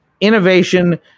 innovation